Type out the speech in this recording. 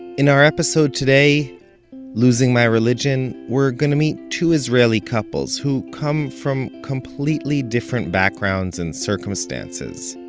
in our episode today losing my religion we're gonna meet two israelis couples, who come from completely different backgrounds and circumstances,